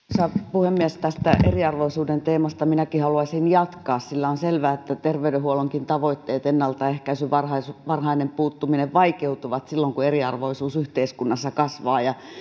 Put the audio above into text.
puhemies tästä eriarvoisuuden teemasta minäkin haluaisin jatkaa sillä on selvää että terveydenhuollonkin tavoitteet ennaltaehkäisy varhainen varhainen puuttuminen vaikeutuvat silloin kun eriarvoisuus yhteiskunnassa kasvaa